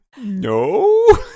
No